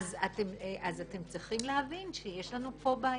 אז אתם צריכים להבין שיש לנו פה בעיה.